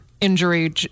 injury